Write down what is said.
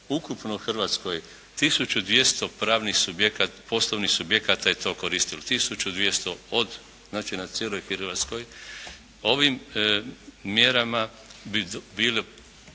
ukupno u Hrvatskoj 1200 pravnih subjekata, poslovnih subjekata je to koristilo. 1200 znači na cijeloj Hrvatskoj. Ovim mjerama bi bilo